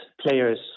players